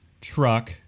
truck